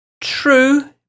True